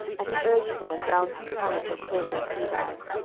and he urged him, and bound two talents of silver in two bags,